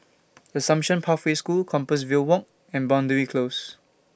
Assumption Pathway School Compassvale Walk and Boundary Close